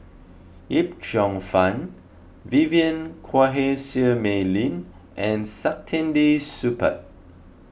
Yip Cheong Fun Vivien Quahe Seah Mei Lin and Saktiandi Supaat